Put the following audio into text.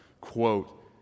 quote